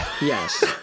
Yes